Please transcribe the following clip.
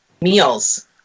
meals